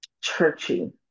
churchy